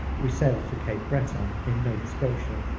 we sailed for cape breton in nova scotia.